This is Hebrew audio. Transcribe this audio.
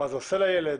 מה זה עושה לילד?